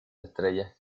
estrellas